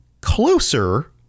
closer